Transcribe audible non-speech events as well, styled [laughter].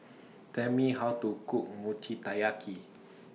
[noise] Tell Me How to Cook Mochi Taiyaki